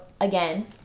again